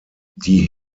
die